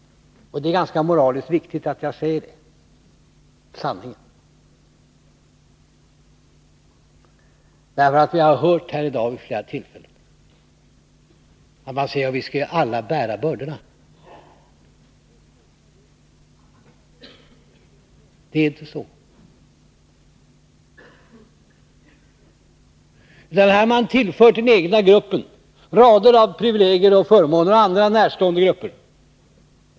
Och det är moraliskt viktigt att jag säger den sanningen. Vi har nämligen vid flera tillfällen i dag Fört att man säger: Vi skall alla bära bördorna. Det är inte så. Här har man tillfört den egna gruppen och andra närstående grupper rader av privilegier och förmåner.